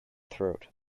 throat